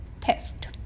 theft